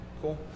Cool